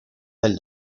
del